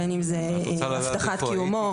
בין אם זה הבטחת קיומו,